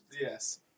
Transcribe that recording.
Yes